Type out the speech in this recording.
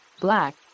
black